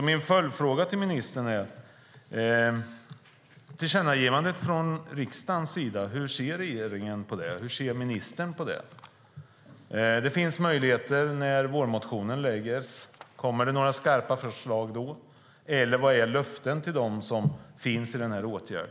Min följdfråga till ministern är: Hur ser regeringen och ministern på tillkännagivandet från riksdagen? Det finns möjligheter när vårmotionen läggs fram. Kommer det några skarpa förslag då? Eller vad har ni för löften till dem som finns i denna åtgärd?